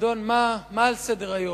מה על סדר-היום?